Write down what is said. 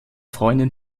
freundin